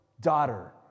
daughter